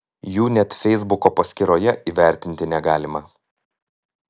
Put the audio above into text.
jų net feisbuko paskyroje įvertinti negalima